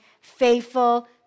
faithful